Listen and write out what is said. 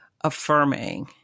affirming